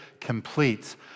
completes